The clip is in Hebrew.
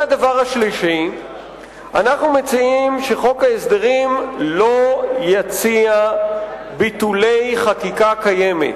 3. אנחנו מציעים שחוק ההסדרים לא יציע ביטולי חקיקה קיימת.